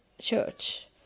Church